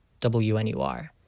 WNUR